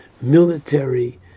military